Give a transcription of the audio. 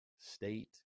State